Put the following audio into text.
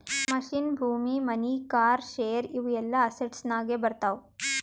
machine, ಭೂಮಿ, money, car, share ಇವು ಎಲ್ಲಾ ಅಸೆಟ್ಸನಾಗೆ ಬರ್ತಾವ